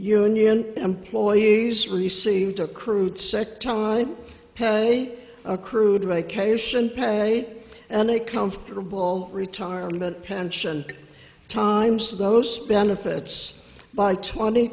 union employees received a crude set time a accrued vacation pay and a comfortable retirement pension times those benefits by twenty